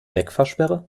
wegfahrsperre